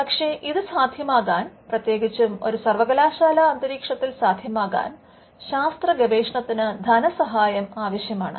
പക്ഷേ ഇത് സാധ്യമാക്കാൻ പ്രത്യേകിച്ചും ഒരു സർവകലാശാല അന്തരീക്ഷത്തിൽ സാധ്യമാകാൻ ശാസ്ത്രഗവേഷണത്തിന് ധനസഹായം ആവശ്യമാണ്